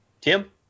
Tim